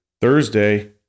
Thursday